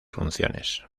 funciones